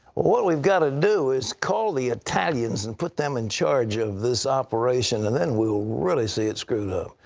what weve got to do is call the italians and put them in charge of this operation, and then we will really see it screwed up.